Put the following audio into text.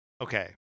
Okay